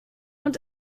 und